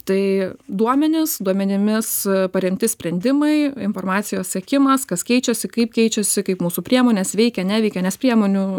tai duomenys duomenimis paremti sprendimai informacijos sekimas kas keičiasi kaip keičiasi kaip mūsų priemonės veikia neveikia nes priemonių